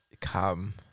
come